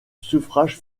suffrage